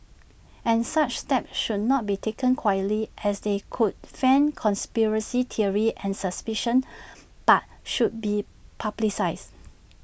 and such steps should not be taken quietly as they could fan conspiracy theories and suspicion but should be publicised